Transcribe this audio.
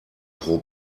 pro